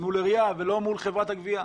מול העירייה ולא מול חברת הגבייה.